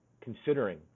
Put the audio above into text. considering